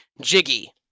Jiggy